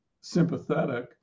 sympathetic